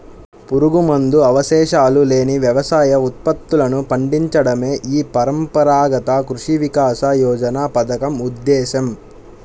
పురుగుమందు అవశేషాలు లేని వ్యవసాయ ఉత్పత్తులను పండించడమే ఈ పరంపరాగత కృషి వికాస యోజన పథకం ఉద్దేశ్యం